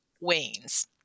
wanes